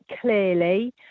clearly